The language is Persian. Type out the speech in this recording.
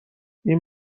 این